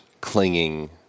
clinging